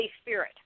spirit